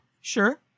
sure